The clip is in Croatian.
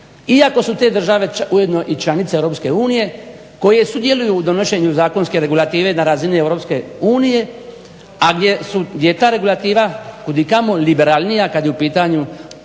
iako su te države ujedno i članice EU koje sudjeluju u donošenju zakonske regulative na razini EU, a gdje su, gdje je ta regulativa kud i kamo liberalnija kad je u pitanju